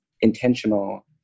intentional